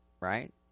right